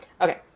Okay